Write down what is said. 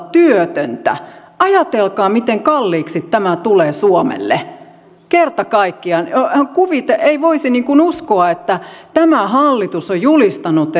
työtöntä ajatelkaa miten kalliiksi tämä tulee suomelle kerta kaikkiaan ei voisi uskoa että tämä hallitus on julistanut